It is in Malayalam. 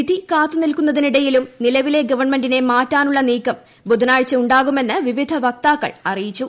വിധി കാത്തിരിക്കുന്നതിനിടയിലും നിലവിലെ ഗവൺമെന്റിനെ മാറ്റാനുള്ള നീക്കം ബുധനാഴ്ച ഉണ്ടാകുമെന്ന് വിവിധ വക്താക്കൾ അറിയിച്ചു